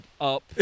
up